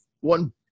one